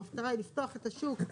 המטרה היא לפתוח את השוק,